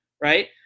Right